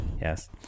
Yes